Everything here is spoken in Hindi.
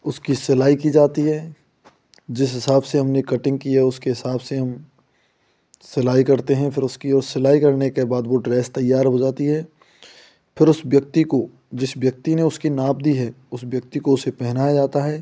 उसकी सिलाई की जाती है जिस हिसाब से हमने कटिंग की है उसके हिसाब से हम सिलाई करते हैं फिर उसकी वह सिलाई करने के बाद वह ड्रेस तैयार हो जाती है फिर उस व्यक्ति को जिस व्यक्ति ने उसकी नाप दी है उस व्यक्ति को उसे पहनाया जाता है